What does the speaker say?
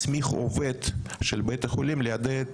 הסמיך עובד של בית החולים ליידע את